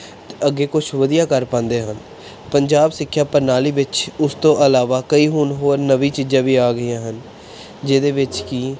ਅਤੇ ਅੱਗੇ ਕੁੱਛ ਵਧੀਆ ਕਰ ਪਾਉਂਦੇ ਹਨ ਪੰਜਾਬ ਸਿੱਖਿਆ ਪ੍ਰਣਾਲੀ ਵਿੱਚ ਉਸ ਤੋਂ ਇਲਾਵਾ ਕਈ ਹੁਣ ਹੋਰ ਨਵੀਆਂ ਚੀਜ਼ਾਂ ਵੀ ਆ ਗਈਆਂ ਹਨ ਜਿਹਦੇ ਵਿੱਚ ਕਿ